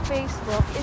Facebook